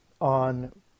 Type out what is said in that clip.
on